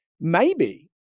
maybe-